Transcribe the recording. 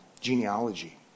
genealogy